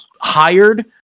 hired